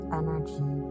energy